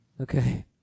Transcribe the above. Okay